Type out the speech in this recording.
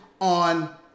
on